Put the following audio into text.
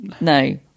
No